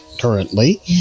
currently